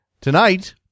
Tonight